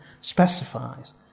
specifies